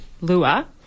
Lua